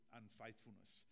unfaithfulness